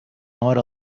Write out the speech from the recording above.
hora